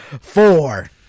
Four